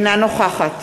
אינה נוכחת